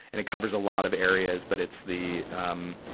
and it covers a lot of areas. but it's the, um,